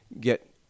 get